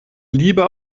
lieber